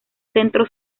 centro